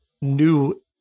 new